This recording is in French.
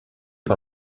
par